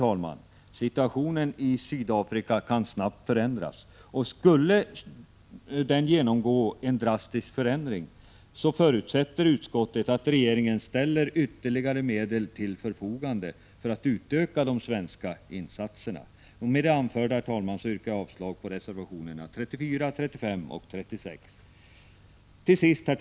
Om situationen i Sydafrika drastiskt skulle förändras, förutsätter utskottet emellertid att regeringen ställer ytterligare medel till förfogande för en utökning av de svenska insatserna. Med det anförda, herr talman, yrkar jag avslag på reservationerna 34, 35 och 36. Herr talman!